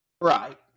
right